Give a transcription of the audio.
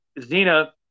Zena